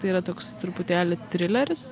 tai yra toks truputėlį trileris